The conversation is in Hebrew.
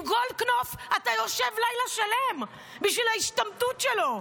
עם גולדקנופ אתה יושב לילה שלם בשביל ההשתמטות שלו.